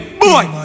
boy